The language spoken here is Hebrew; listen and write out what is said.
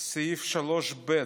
סעיף 3(ב):